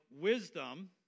wisdom